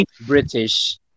British